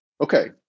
Okay